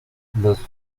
los